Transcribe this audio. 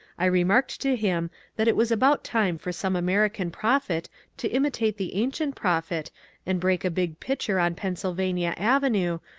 i remarked to him that it was about time for some american prophet to imitate the ancient prophet and break a big pitcher on pennsylvania avenue,